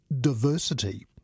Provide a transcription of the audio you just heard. diversity